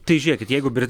tai žiūrėkit jeigu brit